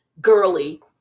girly